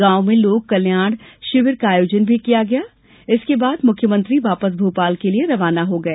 गांव में लोक कल्याण शिविर का आयोजन भी किया गया इसके बाद मुख्यमंत्री वापस भोपाल के लिए रवाना हो गए